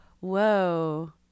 whoa